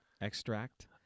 extract